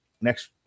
next